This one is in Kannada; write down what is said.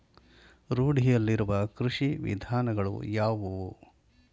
ರೂಢಿಯಲ್ಲಿರುವ ಕೃಷಿ ವಿಧಾನಗಳು ಯಾವುವು?